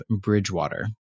Bridgewater